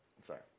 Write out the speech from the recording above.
sorry